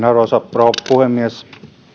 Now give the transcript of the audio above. arvoisa rouva puhemies ei